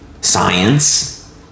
science